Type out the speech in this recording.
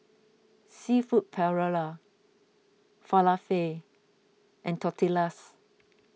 Seafood Paella Falafel and Tortillas